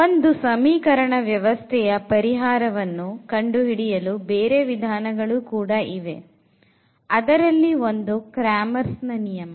ಒಂದು ಸಮೀಕರಣ ವ್ಯವಸ್ಥೆಯ ಪರಿಹಾರವನ್ನು ಕಂಡುಹಿಡಿಯಲು ಬೇರೆ ವಿಧಾನಗಳು ಕೂಡ ಇದೆ ಅದರಲ್ಲಿ ಒಂದು cramerನ ನಿಯಮ